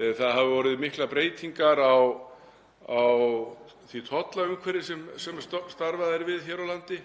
Það hafa orðið miklar breytingar á því tollaumhverfi sem starfað er við hér á landi.